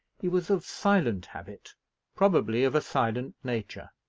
he was of silent habit probably, of a silent nature.